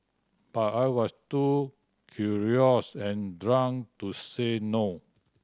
but I was too curious and drunk to say no